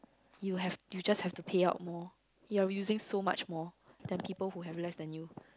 you have you just have to pay out more you're using so much more than people who have less than you